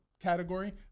Category